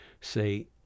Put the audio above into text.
say